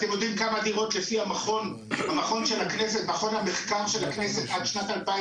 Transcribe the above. אתם יודעים כמה דירות לפי מכון המחקר של הכנסת עד שנת 2020?